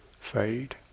fade